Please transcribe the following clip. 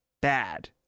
bad